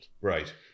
Right